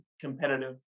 competitive